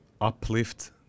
uplift